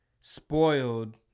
spoiled